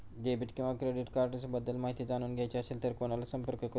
Debit किंवा credit cards बद्दल माहिती जाणून घ्यायची असेल तर कोणाला संपर्क करु?